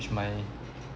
which my